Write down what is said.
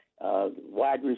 wide